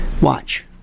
Watch